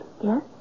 Yes